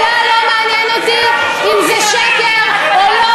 ובכלל לא מעניין אותי אם זה שקר או לא.